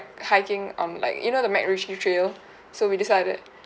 hiking on like you know the macritchie trail so we decided